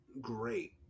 great